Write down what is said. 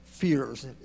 fears